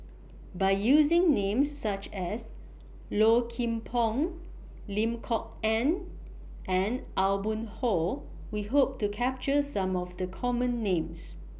By using Names such as Low Kim Pong Lim Kok Ann and Aw Boon Haw We Hope to capture Some of The Common Names